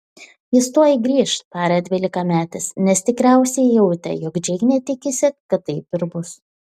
jis tuoj grįš tarė dvylikametis nes tikriausiai jautė jog džeinė tikisi kad taip ir bus